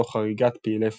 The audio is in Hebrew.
תוך הריגת פעילי פת"ח.